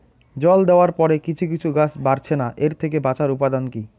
জল দেওয়ার পরে কিছু কিছু গাছ বাড়ছে না এর থেকে বাঁচার উপাদান কী?